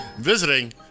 visiting